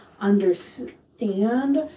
understand